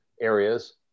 areas